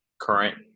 current